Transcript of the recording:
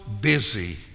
busy